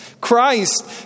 Christ